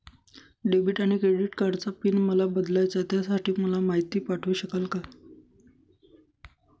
Debit आणि credit कार्डचा pin मला बदलायचा आहे, त्यासाठी मला माहिती पाठवू शकाल का?